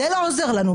זה לא עוזר לנו.